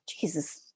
Jesus